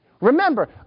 Remember